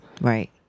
Right